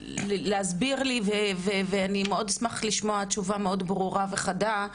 להסביר לי ואני מאוד אשמח לשמוע תשובה מאוד ברורה וחדה,